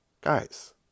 Guys